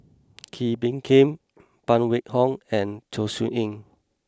Kee Bee Khim Phan Wait Hong and Chong Siew Ying